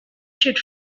should